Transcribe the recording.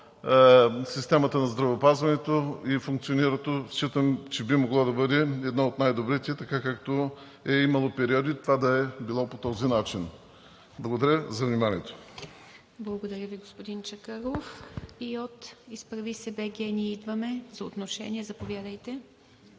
системата на здравеопазването, а функционирането й считам, че би могло да бъде едно от най-добрите така, както е имало периоди това да е било по този начин. Благодаря за вниманието. ПРЕДСЕДАТЕЛ ИВА МИТЕВА: Благодаря Ви, господин Чакъров. И от „Изправи се БГ! Ние идваме!“ за отношение, заповядайте.